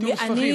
ניקוז שפכים.